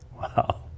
Wow